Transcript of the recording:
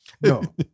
No